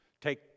Take